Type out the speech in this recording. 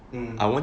mm